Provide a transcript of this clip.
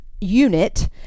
unit